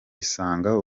isanga